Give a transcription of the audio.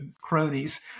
cronies